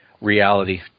Reality